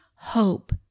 hope